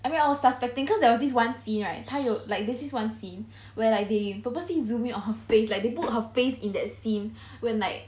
I mean I was suspecting cause there was this one scene right 他有 like this is one scene where like they purposely zoom in on her face like they put her face in that scene when like